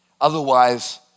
Otherwise